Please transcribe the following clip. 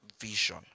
vision